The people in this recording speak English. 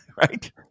right